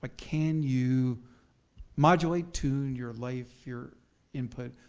ah can you modulate, tune your life, your input,